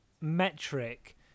metric